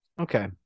Okay